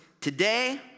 Today